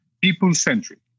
people-centric